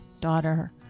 daughter